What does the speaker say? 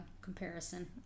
comparison